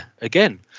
again